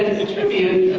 a tribute.